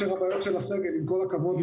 בבקשה.